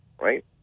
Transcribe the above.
right